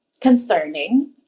concerning